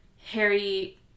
Harry